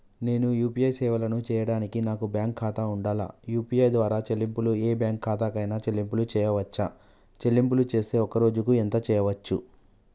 నేను యూ.పీ.ఐ సేవలను చేయడానికి నాకు బ్యాంక్ ఖాతా ఉండాలా? యూ.పీ.ఐ ద్వారా చెల్లింపులు ఏ బ్యాంక్ ఖాతా కైనా చెల్లింపులు చేయవచ్చా? చెల్లింపులు చేస్తే ఒక్క రోజుకు ఎంత చేయవచ్చు?